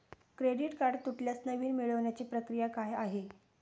Credit card तुटल्यास नवीन मिळवण्याची प्रक्रिया काय आहे?